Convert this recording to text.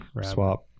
swap